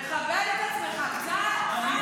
תכבד את עצמך קצת, קצת.